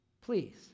Please